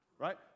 Right